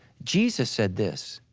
jesus said this,